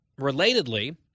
Relatedly